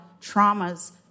traumas